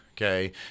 Okay